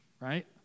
right